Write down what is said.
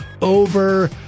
over